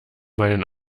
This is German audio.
meinen